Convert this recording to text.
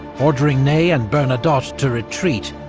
ordering ney and bernadotte to retreat,